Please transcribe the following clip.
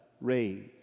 raised